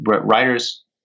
writers